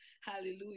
hallelujah